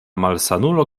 malsanulo